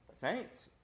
Saints